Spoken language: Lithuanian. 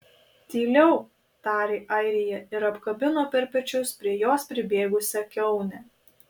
tyliau tarė arija ir apkabino per pečius prie jos pribėgusią kiaunę